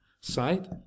sight